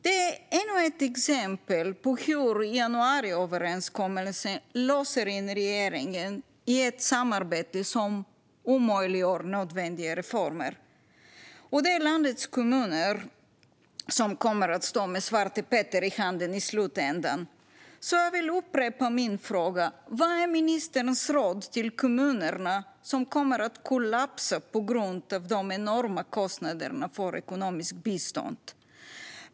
Detta är ännu ett exempel på hur januariöverenskommelsen låser in regeringen i ett samarbete som omöjliggör nödvändiga reformer. Det är landets kommuner som i slutändan kommer att stå med svartepetter i handen. Jag vill därför upprepa min fråga: Vad är ministerns råd till de kommuner som kommer att kollapsa på grund av de enorma kostnaderna för ekonomiskt bistånd?